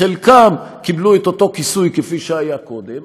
חלקם קיבלו את אותו כיסוי כפי שהיה קודם,